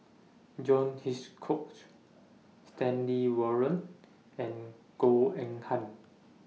John Hitchcock Stanley Warren and Goh Eng Han